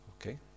Okay